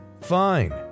fine